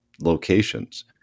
locations